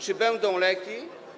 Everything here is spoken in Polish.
Czy będą leki?